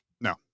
no